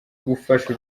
gufasha